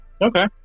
Okay